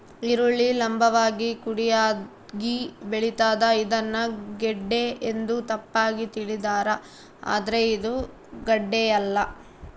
ಈರುಳ್ಳಿ ಲಂಭವಾಗಿ ಕುಡಿಯಾಗಿ ಬೆಳಿತಾದ ಇದನ್ನ ಗೆಡ್ಡೆ ಎಂದು ತಪ್ಪಾಗಿ ತಿಳಿದಾರ ಆದ್ರೆ ಇದು ಗಡ್ಡೆಯಲ್ಲ